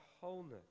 wholeness